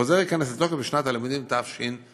החוזר ייכנס לתוקף בשנת הלימודים תשע"ז.